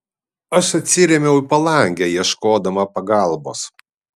aš atsirėmiau į palangę ieškodama pagalbos